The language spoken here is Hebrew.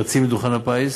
רצים לדוכן הפיס